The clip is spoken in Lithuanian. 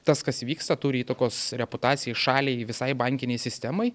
tas kas vyksta turi įtakos reputacijai šaliai visai bankinei sistemai